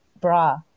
bra